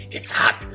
it's hot,